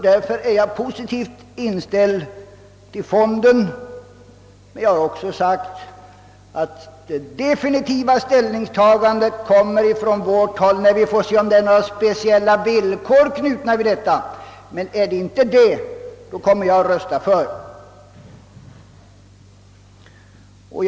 Därför är jag positivt inställd till fonden. Jag har emellertid framhållit att den definitiva ställningen till förslaget kommer att tas från vårt håll när vi får se om det är några speciella villkor knutna till denna. Är det inte det, kommer jag att rösta för den.